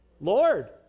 Lord